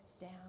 down